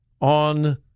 on